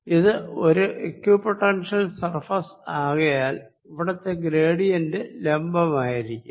ഇത് ഒരു equipotential surface ആകയാൽ ഇവിടെ ഗ്രേഡിയന്റ് ലംബമായിരിക്കും